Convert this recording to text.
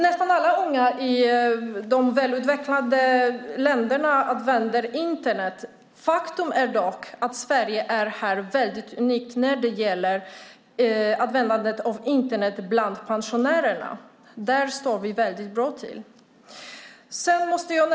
Nästan alla unga i de välutvecklade länderna använder Internet. Faktum är dock att Sverige här är väldigt unikt när det gäller användandet av Internet bland pensionärer. Där ligger vi väldigt bra till.